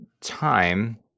time